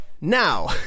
now